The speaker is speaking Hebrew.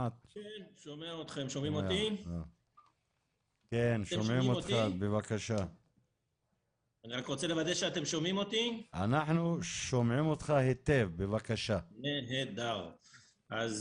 אני